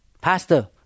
Pastor